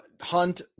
Hunt